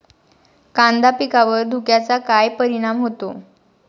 कांदा पिकावर धुक्याचा काय परिणाम होतो?